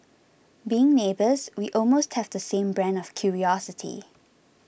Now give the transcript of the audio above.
being neighbours we almost have the same brand of curiosity